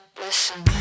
listen